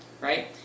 right